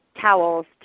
towels